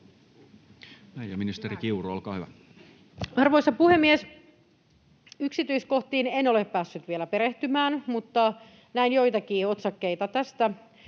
Arvoisa puhemies! Yksityiskohtiin en ole päässyt vielä perehtymään, mutta näin joitakin otsakkeita tästä,